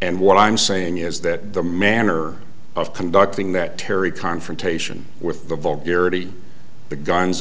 and what i'm saying is that the manner of conducting that terry confrontation with the vault garrity the guns